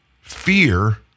Fear